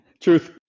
Truth